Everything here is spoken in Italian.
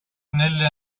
nelle